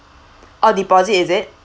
oh deposit is it